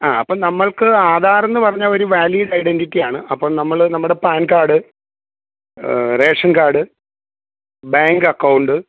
ആ അപ്പം നമ്മൾക്ക് ആധാർന്ന് പറഞ്ഞ ഒരു വാലീഡ് ഐഡൻറ്റിറ്റിയാണ് അപ്പം നമ്മൾ നമ്മുടെ PAN card ration card bank account